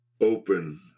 open